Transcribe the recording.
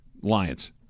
Lions